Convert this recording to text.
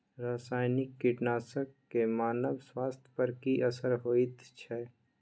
रसायनिक कीटनासक के मानव स्वास्थ्य पर की असर होयत छै?